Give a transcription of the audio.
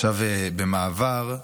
עכשיו, במעבר,